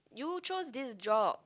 you choose this job